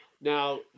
Now